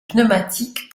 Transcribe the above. pneumatiques